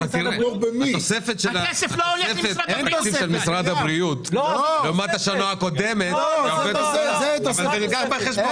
--- התקציב של משרד הבריאות לעומת השנה הקודמת הרבה יותר גדול.